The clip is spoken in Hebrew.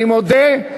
אני מודה,